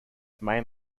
main